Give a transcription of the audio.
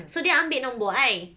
so dia ambil nombor I